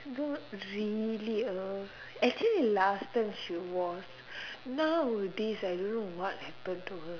not really uh actually last time she was nowadays I don't know what happened to her